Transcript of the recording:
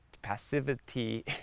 Passivity